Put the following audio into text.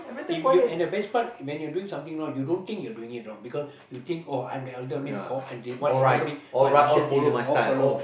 if you at a best part when you are doing something wrong you don't think you are doing it wrong because you think oh I'm the elder means all they want everybody my decision to you all follow